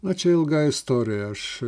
na čia ilga istorija aš